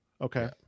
okay